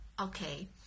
Okay